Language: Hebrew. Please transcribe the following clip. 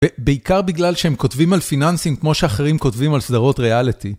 ובעיקר בגלל שהם כותבים על פיננסים כמו שאחרים כותבים על סדרות ריאליטי.